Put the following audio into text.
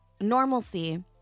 normalcy